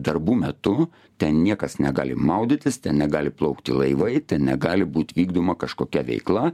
darbų metu ten niekas negali maudytis ten negali plaukti laivai negali būt vykdoma kažkokia veikla